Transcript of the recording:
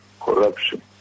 corruption